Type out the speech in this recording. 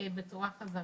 בצורה חזרתית.